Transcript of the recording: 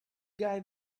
guy